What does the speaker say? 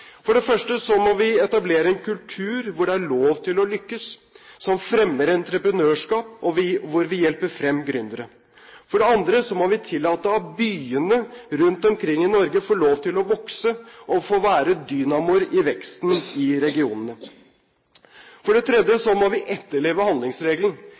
For det første må vi etablere en kultur hvor det er lov til å lykkes, som fremmer entreprenørskap og hvor vi hjelper frem gründere. For det andre må vi tillate at byene rundt omkring i Norge får lov til å vokse og får være dynamoer for veksten i regionene. For det tredje må vi etterleve handlingsregelen,